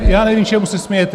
Já nevím, čemu se smějete.